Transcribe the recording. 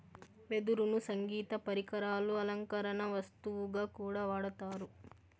వెదురును సంగీత పరికరాలు, అలంకరణ వస్తువుగా కూడా వాడతారు